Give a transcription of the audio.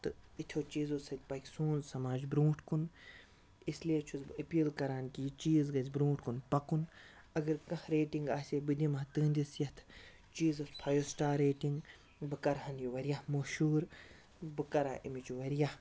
تہٕ یتھیو چیٖزو سۭتۍ پَکہِ سون سماج بروںٛٹھ کُن اسلیے چھُس بہٕ اپیٖل کَران کہِ یہِ چیزٖ گژھِ برونٛٹھ کُن پَکُن اگر کانٛہہ ریٹِنٛگ آسہِ ہے بہٕ دِمہٕ ہا تٕہٕنٛدِس یَتھ چیٖزَس فایِو سٹار ریٹِنٛگ بہٕ کَرٕہَن یہِ واریاہ مٔہشوٗر بہٕ کَرٕہا اَمِچ واریاہ